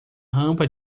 rampa